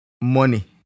money